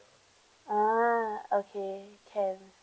ah okay can